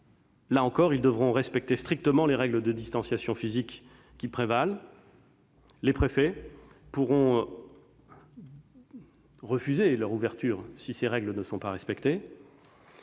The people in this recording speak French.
là encore, ils devront respecter strictement les règles de distanciation physique qui prévalent. Les préfets pourront refuser leur ouverture si ces règles ne sont pas respectées.